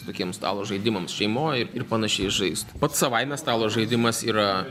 tokiems stalo žaidimams šeimoj ir panašiai žaisti pats savaime stalo žaidimas yra